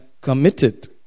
committed